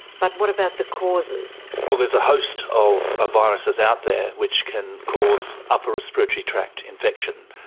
but what about the causes? well, there's a host of ah viruses out there which can cause upper respiratory tract infection,